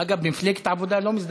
אגב, במפלגת העבודה לא מזדקנים.